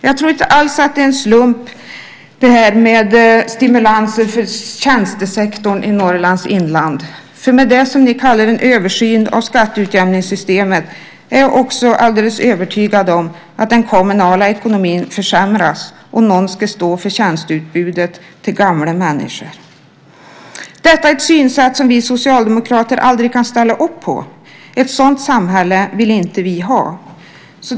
Jag tror inte alls att det är en slump med stimulanser för tjänstesektorn i Norrlands inland. Med det som ni kallar en översyn av skatteutjämningssystemet är jag övertygad om att den kommunala ekonomin försämras. Någon ska stå för tjänsteutbudet till gamla människor. Detta är ett synsätt som vi socialdemokrater aldrig kan ställa upp på. Ett sådant samhälle vill inte vi ha.